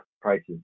prices